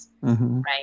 Right